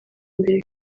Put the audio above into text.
mbere